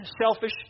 selfish